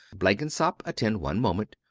blenkinsop attend one moment.